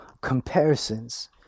comparisons